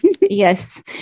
Yes